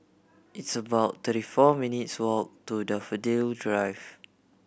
it's about thirty four minutes' walk to Daffodil Drive